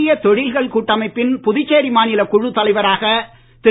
இந்தியத் தொழில்கள் கூட்டமைப்பின் புதுச்சேரி மாநிலக் குழுத் தலைவராக திரு